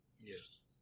Yes